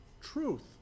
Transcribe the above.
truth